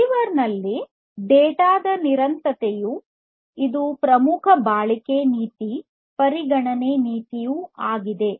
receiver ನಲ್ಲಿ data ದ ನಿರಂತರತೆಯು ಇದು ಪ್ರಮುಖ ಬಾಳಿಕೆ ನೀತಿ ಪರಿಗಣನೆ ನೀತಿಯು ಆಗಿದೆ